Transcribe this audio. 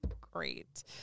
Great